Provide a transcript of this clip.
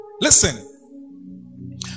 Listen